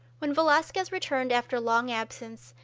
when velazquez returned after long absence,